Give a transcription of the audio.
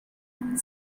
and